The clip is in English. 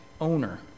owner